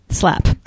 Slap